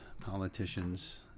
politicians